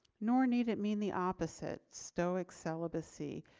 nor need it mean the opposite stoic celibacy.